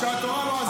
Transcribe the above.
שהתורה לא עזרה לנו.